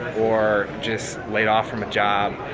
or just laid off from a job.